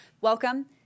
Welcome